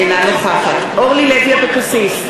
אינה נוכחת אורלי לוי אבקסיס,